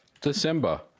December